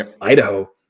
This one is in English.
Idaho